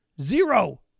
Zero